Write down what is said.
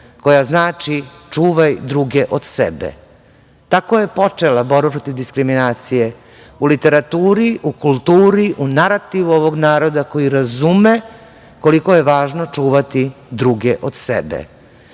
koja znači čuvaj druge od sebe. Tako je počela borba protiv diskriminacije u literaturi, u kulturi, u narativu ovog naroda koji razume koliko je važno čuvati druge od sebe.